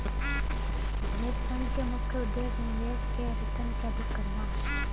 hedge fund क मुख्य उद्देश्य निवेश के रिटर्न के अधिक करना हौ